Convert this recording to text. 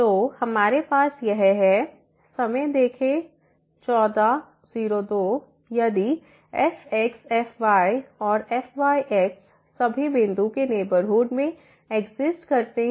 तो हमारे पास यह है यदि fx fyऔरfyxसभी बिंदु के नेबरहुड में एक्सिस्ट करते हैं